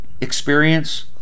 experience